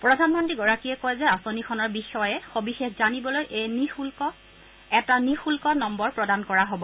প্ৰধানমন্ত্ৰীগৰাকীয়ে কয় যে আঁচনিখনৰ বিষয়ে সবিশেষ জানিবলৈ এটা নিঃশুদ্ধ নম্বৰ প্ৰদান কৰা হ'ব